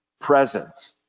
presence